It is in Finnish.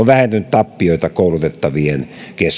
tappioita koulutettavien keskuudessa uuden operaation osalla on ehkä